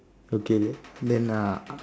okay then then uh